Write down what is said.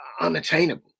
unattainable